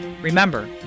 Remember